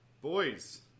Boys